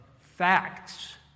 facts